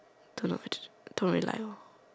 don't know where to don't really like lor